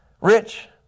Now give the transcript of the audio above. Rich